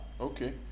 okay